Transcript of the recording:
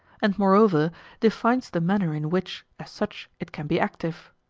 and moreover defines the manner in which, as such, it can be active.